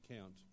count